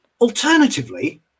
Alternatively